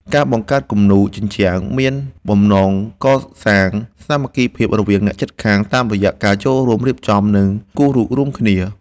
ការបង្កើតគំនូរជញ្ជាំងមានបំណងកសាងសាមគ្គីភាពរវាងអ្នកជិតខាង តាមរយៈការចូលរួមរៀបចំ និងគូររូបរួមគ្នា។